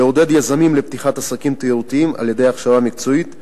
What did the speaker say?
לעודד יזמים לפתיחת עסקים תיירותיים על-ידי הכשרה מקצועית,